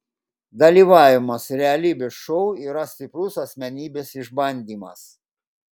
dalyvavimas realybės šou yra stiprus asmenybės išbandymas